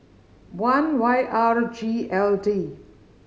one Y R G L D